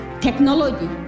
technology